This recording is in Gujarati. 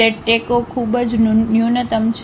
તે ટેકો ખૂબ જ ન્યૂનતમ છે